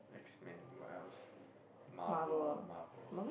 X-Man what else Marvel Marvel